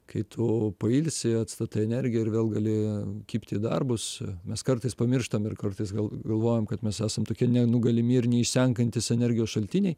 kai tu pailsi atstatai energiją ir vėl gali kibti į darbus mes kartais pamirštam ir kartais gal galvojame kad mes esam tokie nenugalimi ir neišsenkantys energijos šaltiniai